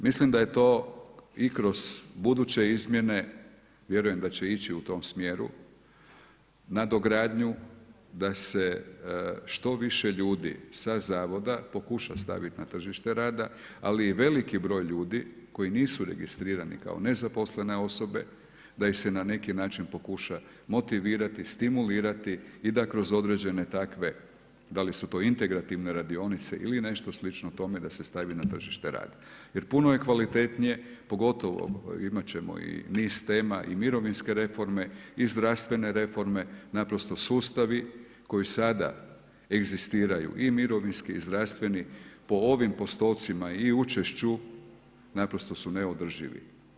Mislim da je to i kroz buduće izmjene, vjerujem da će ići u tom smjeru, nadogradnju da se što više ljudi sa zavoda pokuša staviti na tržište rada ali i veliki broj ljudi koji nisu registrirani kao nezaposlene osobe da ih se na neki način pokuša motivirati, stimulirati i da kroz određene takve da li su to integrativne radionice ili nešto slično tome, da se stavi na tržište rada jer puno je kvalitetnije, pogotovo imat ćemo i niz tema i mirovinske reforme i zdravstvene reforme, naprosto sustavi koji sada egzistiraju i mirovinski i zdravstveni po ovim postocima i učešću, naprosto su neodrživi.